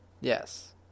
Yes